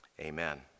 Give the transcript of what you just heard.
amen